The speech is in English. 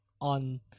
on